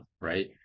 right